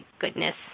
goodness